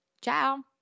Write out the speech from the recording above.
Ciao